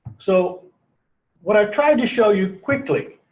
so what i've tried to show you quickly,